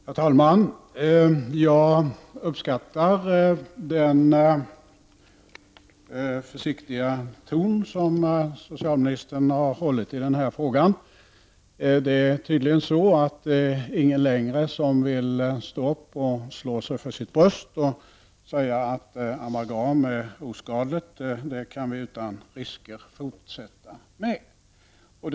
Herr talman! Jag uppskattar den försiktiga ton som socialministern har hållit i den här frågan. Det är tydligen inte längre någon som vill stå upp och slå sig för sitt bröst och säga att amalgam är oskadligt och att man utan risk kan fortsätta med det.